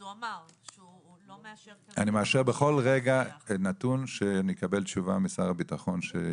אז הוא אמר שהוא לא מאשר --- אני אאשר ברגע שאקבל תשובה משר הביטחון.